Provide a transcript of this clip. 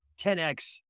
10X